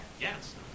Yes